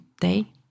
day